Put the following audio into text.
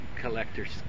collector's